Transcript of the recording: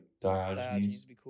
Diogenes